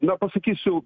na pasakysiu